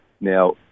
Now